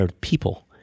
people